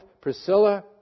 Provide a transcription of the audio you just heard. Priscilla